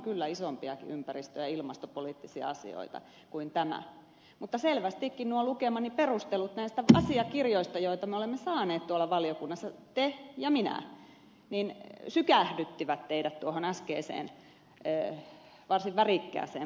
perkiö isompiakin ympäristö ja ilmastopoliittisia asioita kuin tämä mutta selvästikin nuo lukemani perustelut näistä asiakirjoista joita me olemme saaneet tuolla valiokunnassa te ja minä sykähdyttivät teidät tuohon äskeiseen varsin värikkääseen puheenvuoroon